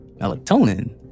melatonin